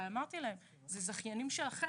אמרתי להם שאלה זכיינים שלהם.